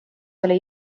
selle